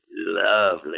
Lovely